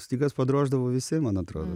stygas padroždavo visi man atrodo